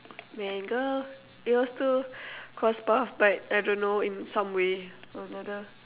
man girl it will still cross path but I don't know in some way or another